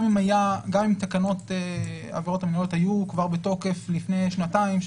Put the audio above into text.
גם אם תקנות העבירות המינהליות היו כבר בתוקף לפני שנתיים,